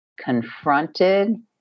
confronted